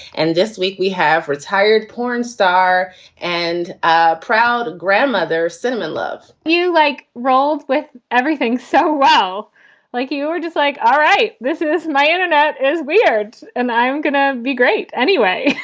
and this week, we have retired porn star and ah proud grandmother cinnamon love you like roll with everything. so like you or dislike. all right. this is my internet is weird and i'm going to be great. anyway,